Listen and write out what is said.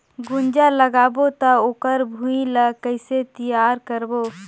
गुनजा लगाबो ता ओकर भुईं ला कइसे तियार करबो?